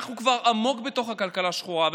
אנחנו כבר עמוק בתוך הכלכלה השחורה,